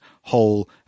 whole